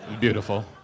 Beautiful